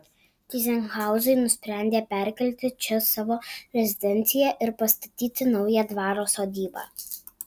tyzenhauzai nusprendė perkelti čia savo rezidenciją ir pastatyti naują dvaro sodybą